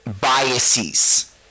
biases